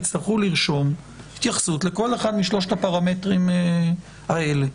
יצטרכו לרשום התייחסות לכל אחד משלושת הפרמטרים האלה.